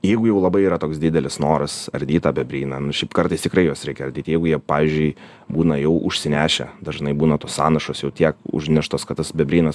jeigu jau labai yra toks didelis noras ardyt tą bebryną nu šiaip kartais tikrai juos reikia ardyt jeigu jie pavyzdžiui būna jau užsinešę dažnai būna tos sąnašos jau tiek užneštos kad tas bebrynas